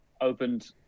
opened